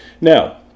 Now